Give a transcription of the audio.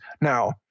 now